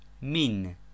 Min